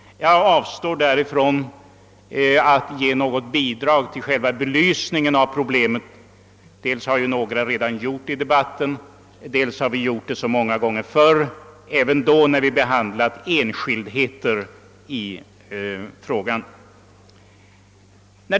Jag avstår därför från att försöka ge något bidrag till själva belysningen av problemet — dels har några talare redan gjort det i debatten, dels har det gjorts så många gånger förr, även då vi behandlat enskildheter i frågan.